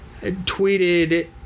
tweeted